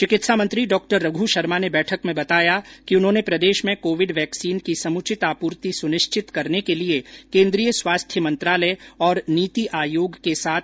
चिकित्सा मंत्री डॉ रघू शर्मा ने बैठक में बताया कि उन्होंने प्रदेश में कोविड वैक्सीन की समुचित आपूर्ति सुनिश्चित करने के लिए केन्द्रीय स्वास्थ्य मंत्रालय और नीति आयोग के साथ बातचीत की है